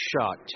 shot